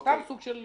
זה סתם סוג של